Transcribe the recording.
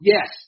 Yes